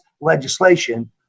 legislation